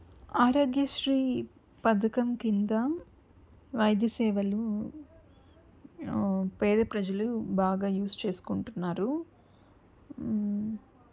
ఆరోగ్యశ్రీ పధకం కింద వైద్య సేవలు పేద ప్రజలు బాగా యూజ్ చేసుకుంటున్నారు